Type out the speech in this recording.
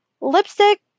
Lipstick